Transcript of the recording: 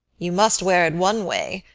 you must wear it one way,